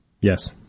Yes